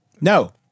No